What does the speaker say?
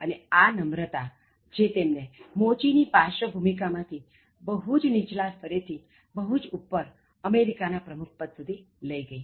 અને આ નમ્રતા જે તેમને મોચી ની પાર્શ્વભૂમિકા માંથી બહુ જ નિચલા સ્તરેથી બહુ જ ઉપર અમેરિકા ના પ્રમુખ પદ સુધી લઈ ગઇ